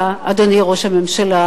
אתה, אדוני ראש הממשלה,